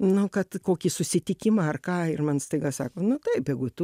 nu kad kokį susitikimą ar ką ir man staiga sako nu taip jeigu tu